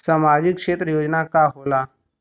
सामाजिक क्षेत्र योजना का होला?